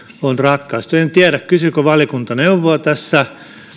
on ratkaistu en tiedä kysyikö valiokunta neuvoa tässä